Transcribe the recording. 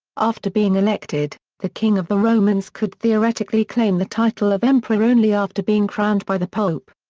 after being elected, the king of the romans could theoretically claim the title of emperor only after being crowned by the pope.